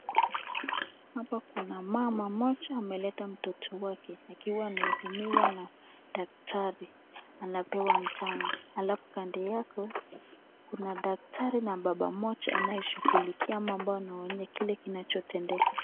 Hapa kuna mama mmoja ameleta mtoto wake akiwa anahudumiwa na daktari anapewa mchanjo alafu kando yake kuna daktari na baba mmoja anayeshughulikia mambo na waone kile kinachotendeka.